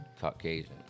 Caucasian